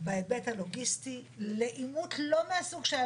בהיבט הלוגיסטי לעימות לא מהסוג שהיה